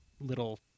little